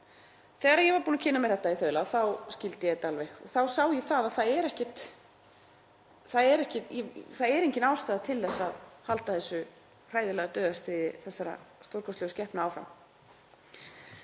Þegar ég var búin að kynna mér þetta í þaula þá skildi ég þetta alveg og þá sá ég að það er engin ástæða til að halda þessu hræðilega dauðastríði þessara stórkostlegu skepna áfram.